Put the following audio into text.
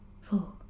four